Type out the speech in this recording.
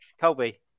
Colby